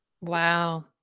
Wow